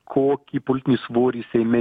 kokį politinį svorį seime